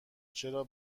چرا